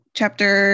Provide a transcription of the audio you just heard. chapter